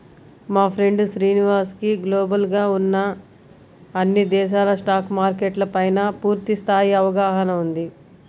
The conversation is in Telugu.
మా ఫ్రెండు శ్రీనివాస్ కి గ్లోబల్ గా ఉన్న అన్ని దేశాల స్టాక్ మార్కెట్ల పైనా పూర్తి స్థాయి అవగాహన ఉంది